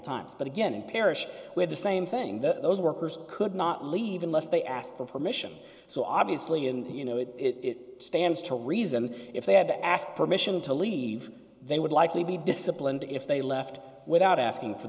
times but again in parish with the same thing those workers could not leave unless they asked for permission so obviously and you know it it stands to reason if they had to ask permission to leave they would likely be disciplined if they left without asking for